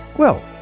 well,